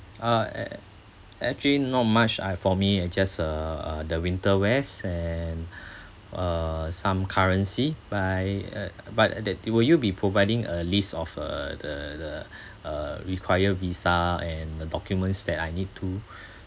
uh ac~ actually not much I for me I just uh uh the winter wear and uh some currency by uh but that will you be providing a list of uh the the uh require visa and the documents that I need to